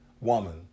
Woman